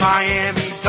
Miami